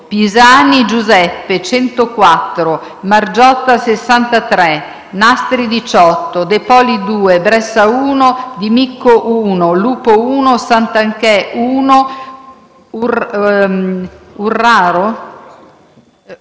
Pisani Giuseppe 104 Margiotta 63 Nastri 18 De Poli 2 Bressa 1 Di Micco 1 Lupo 1 Santanchè 1 Urraro